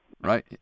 Right